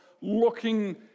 looking